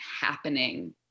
happening